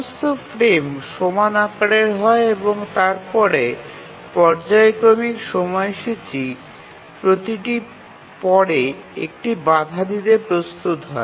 সমস্ত ফ্রেম সমান আকারের হয় এবং তারপরে পর্যায়ক্রমিক সময়সূচী প্রতিটি পরে একটি বাধা দিতে প্রস্তুত হয়